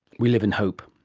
we live in hope.